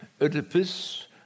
Oedipus